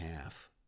half